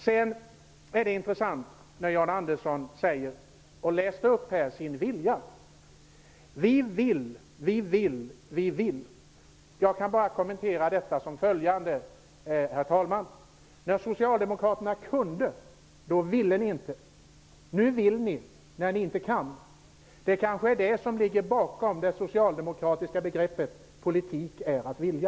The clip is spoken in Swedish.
Det är intressant när Jan Andersson läser upp sin vilja: Vi vill, vi vill, vi vill. Jag kan bara kommentera detta på följande sätt: När ni socialdemokrater kunde, så ville ni inte. Nu vill ni, när ni inte kan. Det är kanske detta som ligger bakom det socialdemokratiska begreppet politik är att vilja.